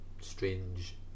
strange